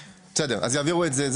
בסדר, יעבירו את זה.